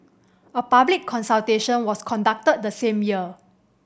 a public consultation was conducted the same year